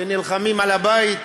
הם נלחמים על הבית.